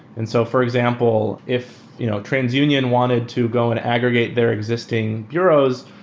and so for example, if you know trans union wanted to go and aggregate their existing bureaus,